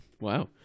wow